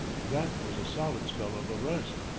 that was a solid spell of a rest,